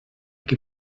que